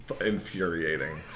infuriating